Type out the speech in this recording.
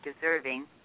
deserving